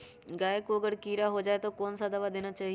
गाय को अगर कीड़ा हो जाय तो कौन सा दवा देना चाहिए?